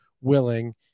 willing